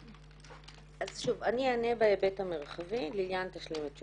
אני אענה בהיבט המרחבי, ליליאן תשלים את תשובתי.